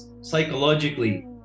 psychologically